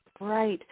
Right